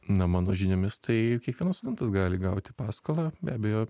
na mano žiniomis tai kiekvienas studentas gali gauti paskolą be abejo